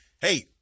Hey